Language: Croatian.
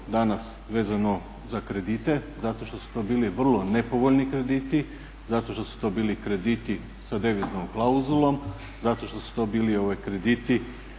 danas vezano za kredite zato što su to bili vrlo nepovoljni krediti, zato što su to bili krediti sa deviznom klauzulom, zato što su to bili krediti